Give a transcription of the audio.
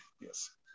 Yes